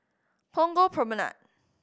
Punggol Promenade